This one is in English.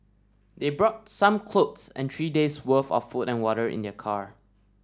they brought some clothes and three day's worth of food and water in their car